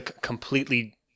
completely